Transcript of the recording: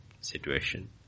situation